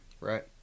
Right